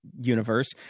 universe